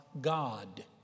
God